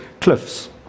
cliffs